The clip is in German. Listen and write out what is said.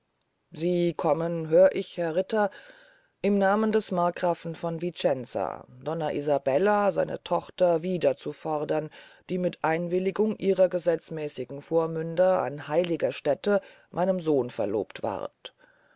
sie kommen hör ich herr ritter im namen des markgrafen von vicenza donna isabella seine tochter wieder zu fordern die mit einwilligung ihrer gesetzmäßigen vormünder an heiliger stäte meinem sohn verlobt ward